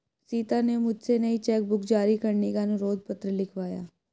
सीता ने मुझसे नई चेक बुक जारी करने का अनुरोध पत्र लिखवाया